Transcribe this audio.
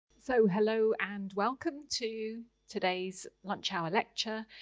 so hello and welcome to today's lunch hour lecture.